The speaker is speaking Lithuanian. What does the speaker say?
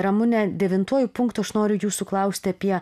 ramune devintuoju punktu aš noriu jūsų klausti apie